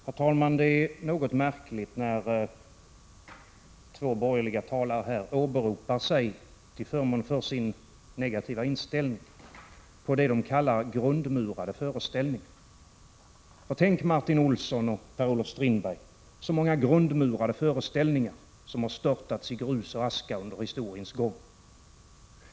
Herr talman! Det är något märkligt när två borgerliga talare till förmån för sin negativa inställning åberopar sig på det de kallar grundmurade föreställningar. Tänk, Martin Olsson och Per-Olof Strindberg, så många grundmurade föreställningar som har störtats i grus och aska under historiens gång!